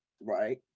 Right